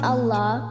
Allah